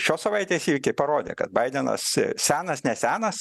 šios savaitės įvykiai parodė kad baidenas senas nesenas